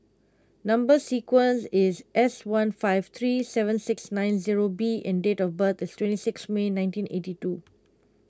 Number Sequence is S one five three seven six nine zero B and date of birth is twenty six May nineteen eighty two